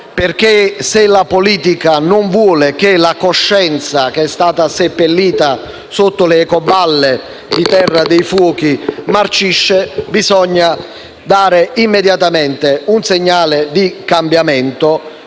Se la politica non vuole che la coscienza seppellita sotto le ecoballe della terra dei fuochi marcisca, bisogna dare immediatamente un segnale di cambiamento,